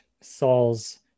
Saul's